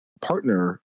partner